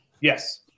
Yes